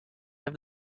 have